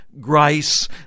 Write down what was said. grace